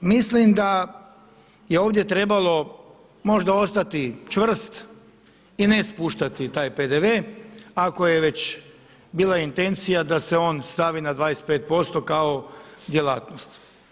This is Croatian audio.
Mislim da je ovdje trebalo možda ostati čvrst i ne spuštati taj PDV ako je već bila intencija da se on stavi na 25% kao djelatnost.